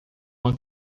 uma